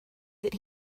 that